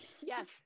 Yes